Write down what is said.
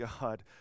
God